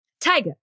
Tiger